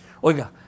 Oiga